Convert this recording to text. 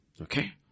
Okay